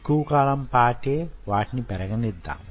ఎక్కువ కాలం పాటే వాటిని పెరగనిద్దాము